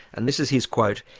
and this is his quote,